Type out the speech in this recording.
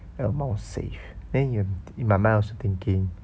the amount I save then in my mind I also thinking